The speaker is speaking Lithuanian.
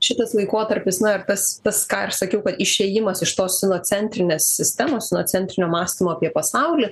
šitas laikotarpis na ir tas tas ką aš sakiau kad išėjimas iš tos sinocentrinės sistemos inocentrinio mąstymo apie pasaulį